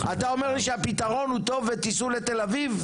אנחנו --- אתה אומר לי שהפתרון הוא טוב ותיסעו לתל אביב,